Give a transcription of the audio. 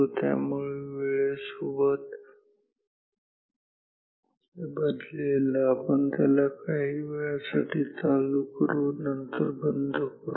त्यामुळे हे वेळेसोबत बदलेल आपण त्याला काही वेळासाठी चालू करू आणि नंतर बंद करू